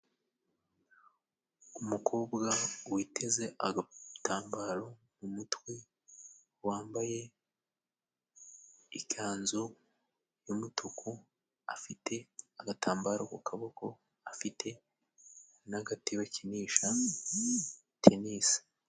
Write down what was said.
Umukobwa witeze agatambaro mu mutwe, wambaye ikanzu y"umutuku, afite agatambaro ku kaboko, afite n'agati bakinisha tenisi.